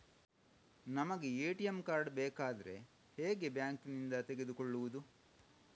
ನಮಗೆ ATM card ಬೇಕಾದ್ರೆ ಹೇಗೆ ಬ್ಯಾಂಕ್ ನಿಂದ ತೆಗೆದುಕೊಳ್ಳುವುದು?